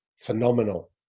phenomenal